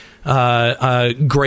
Great